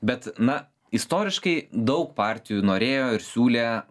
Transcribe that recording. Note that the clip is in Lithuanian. bet na istoriškai daug partijų norėjo ir siūlė